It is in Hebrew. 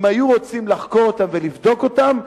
אם היו רוצים לחקור אותן ולבדוק אותן,